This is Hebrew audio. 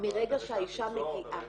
מרגע --- מרגע ההחלטה?